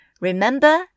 Remember